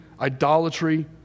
idolatry